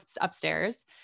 upstairs